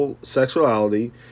sexuality